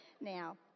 now